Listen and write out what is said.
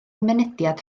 mynediad